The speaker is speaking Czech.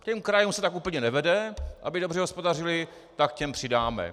Těm krajům se tak úplně nevede, aby dobře hospodařily, tak těm přidáme.